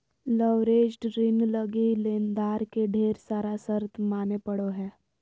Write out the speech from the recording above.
leveraged ऋण लगी लेनदार के ढेर सारा शर्त माने पड़ो हय